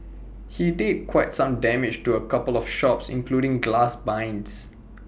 he did quite some damage to A couple of shops including glass blinds